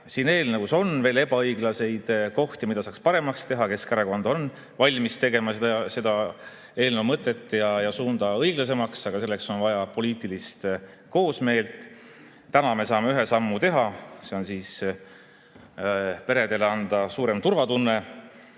Siin eelnõus on veel ebaõiglaseid kohti, mida saaks paremaks teha. Keskerakond on valmis muutma eelnõu mõtet ja suunda õiglasemaks, aga selleks on vaja poliitilist koosmeelt. Täna me saame ühe sammu teha: anda peredele suurema turvatunde.